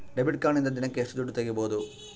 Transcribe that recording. Debit ಕಾರ್ಡಿನಿಂದ ದಿನಕ್ಕ ಎಷ್ಟು ದುಡ್ಡು ತಗಿಬಹುದು?